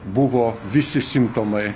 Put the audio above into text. buvo visi simptomai